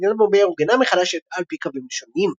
מדינת בומבי אורגנה מחדש על פי קווים לשוניים.